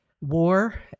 war